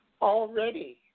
already